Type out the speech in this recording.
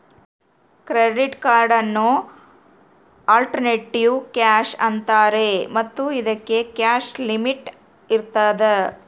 credit ಕಾರ್ಡನ್ನು alternative cash ಅಂತಾರೆ ಮತ್ತು ಇದಕ್ಕೆ ಕ್ಯಾಶ್ ಲಿಮಿಟ್ ಇರ್ತದ